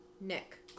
Nick